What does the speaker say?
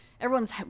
Everyone's